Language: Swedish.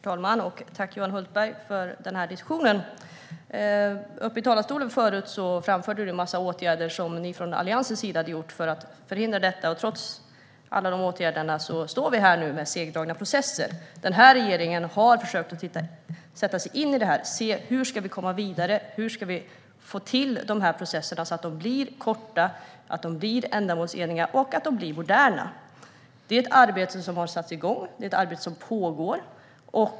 Herr talman! Tack, Johan Hultberg, för den här diskussionen! Uppe i talarstolen framförde du en massa åtgärder som ni från Alliansens sida hade vidtagit för att förhindra detta. Men trots alla dessa åtgärder står vi här med segdragna processer. Den här regeringen har försökt sätta sig in i detta och se hur vi ska komma vidare och se till att processerna blir korta, ändamålsenliga och moderna. Det är ett arbete som har satts igång. Det är ett arbete som pågår.